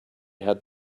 had